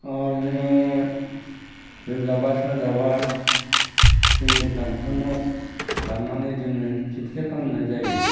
जोङो लोमजाबा साजाबा जोङो डक्ट'रनाव लांनानै जोङो सिखित्सा खालामनाय जायो